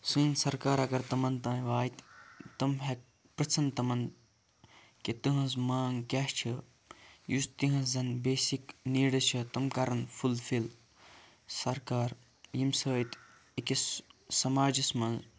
سٲنۍ سرکار اگر تِمن تانۍ واتہِ تِم ہیٚہ پِرٛژھَن تِمن کہِ تٕہٕنٛز مانٛگ کیاہ چھِ یُس تِہِنٛز زَن بیسِک نیٖڈٕس چھِ تِم کَرَن فُلفِل سَرکار ییٚمہِ سۭتۍ أکِس سَماجَس منٛز